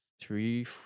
three